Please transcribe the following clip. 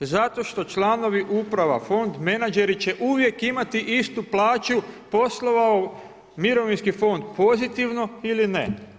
Zato što članovi uprava, fond menadžeri će uvijek imati istu plaću poslova u mirovinski fond, pozitivno ili ne.